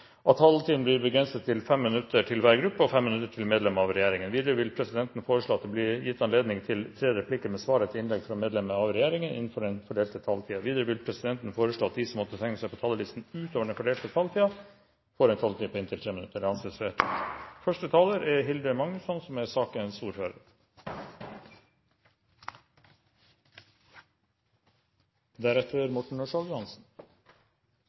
at taletiden blir begrenset til 5 minutter til hver gruppe og 5 minutter til medlemmer av regjeringen. Videre vil presidenten foreslå at det blir gitt anledning til tre replikker med svar etter innlegg fra medlemmer av regjeringen innenfor den fordelte taletid. Videre vil presidenten foreslå at de som måtte tegne seg på talerlisten utover den fordelte taletid, får en taletid på inntil 3 minutter. – Det anses vedtatt. Forslagsstillerne fra Kristelig Folkeparti belyser med sitt forslag et viktig og alvorlig tema. Forslagene er